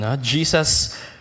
Jesus